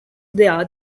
there